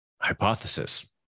hypothesis